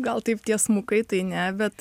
gal taip tiesmukai tai ne bet